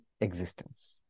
Existence